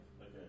Okay